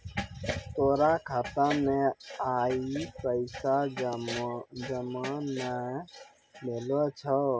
तोरो खाता मे आइ पैसा जमा नै भेलो छौं